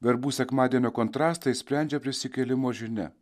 verbų sekmadienio kontrastą išsprendžia prisikėlimo žinia